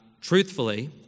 truthfully